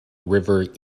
river